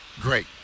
Great